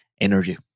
energy